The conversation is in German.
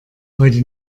heute